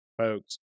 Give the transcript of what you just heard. folks